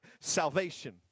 salvation